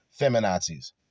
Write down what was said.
feminazis